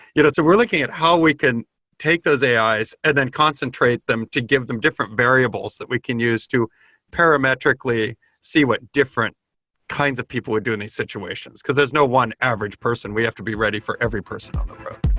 you know so we're looking at how we can take those ais and then concentrate them to give them different variables that we can use to parametrically see what different kinds of people would do in these situations, because there's no one average person. we have to be ready for every person on the road.